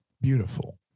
beautiful